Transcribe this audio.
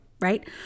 right